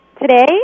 today